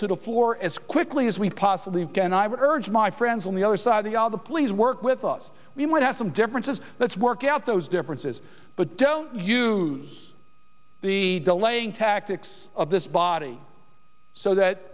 to the floor as quickly as we possibly can i urge my friends on the other side the all the please work with us we might have some differences let's work out those differences but don't use the delaying tactics of this body so that